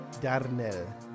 Darnell